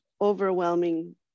overwhelming